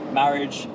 marriage